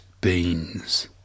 Beans